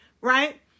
right